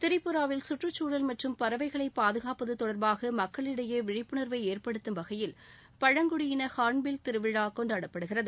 திரிபுராவில் சுற்றுக்குழல் மற்றும் பறவைகளைப் பாதுகாப்பது தொடர்பாக மக்களிடையே விழிப்புணர்வை ஏற்படுத்தும் வகையில் பழங்குடியின ஹார்ன்பில் திருவிழா கொண்டாடப்படுகிறது